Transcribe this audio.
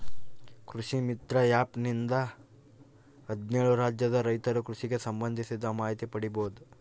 ಕೃಷಿ ಮಿತ್ರ ಆ್ಯಪ್ ನಿಂದ ಹದ್ನೇಳು ರಾಜ್ಯದ ರೈತರು ಕೃಷಿಗೆ ಸಂಭಂದಿಸಿದ ಮಾಹಿತಿ ಪಡೀಬೋದು